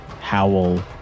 howl